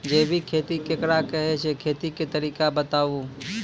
जैबिक खेती केकरा कहैत छै, खेतीक तरीका बताऊ?